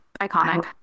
iconic